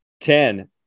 Ten